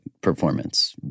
performance